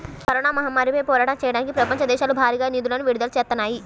corona మహమ్మారిపై పోరాటం చెయ్యడానికి ప్రపంచ దేశాలు భారీగా నిధులను విడుదల చేత్తన్నాయి